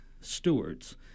stewards